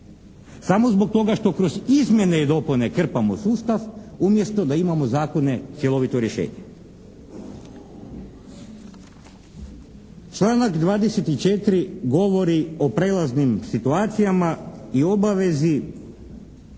Samo zbog toga što kroz izmjene i dopune krpamo sustav umjesto da imamo zakone, cjelovito rješenje. Članak 24. govori o prelaznim situacijama i obavezi